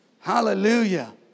Hallelujah